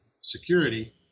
security